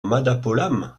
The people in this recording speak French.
madapolam